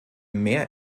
mehr